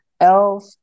Elf